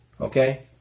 okay